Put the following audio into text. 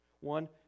One